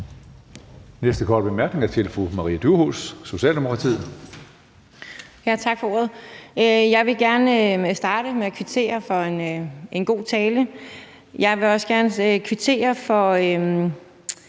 Næste korte bemærkning er fra fru Maria Durhuus, Socialdemokratiet. Kl. 15:54 Maria Durhuus (S): Tak for ordet. Jeg vil gerne starte med kvittere for en god tale. Jeg vil også gerne kvittere for